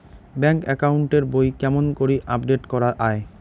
Bank account এর বই কেমন করি আপডেট করা য়ায়?